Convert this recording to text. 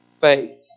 faith